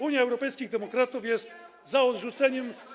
Unia Europejskich Demokratów jest za odrzuceniem.